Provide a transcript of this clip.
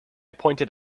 pointed